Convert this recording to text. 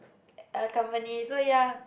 a company so ya